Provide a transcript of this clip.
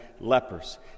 lepers